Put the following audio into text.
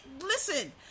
listen